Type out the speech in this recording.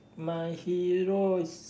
my hero is